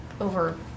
over